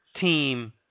team